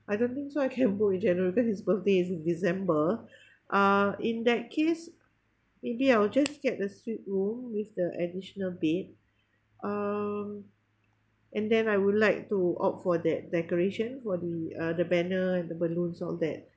I don't think so I can book in january cause his birthday is in december uh in that case maybe I'll just get the suite room with the additional bed um and then I would like to opt for that decoration will be uh the banner and the balloons all that